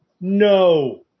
No